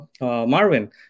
Marvin